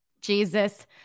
Jesus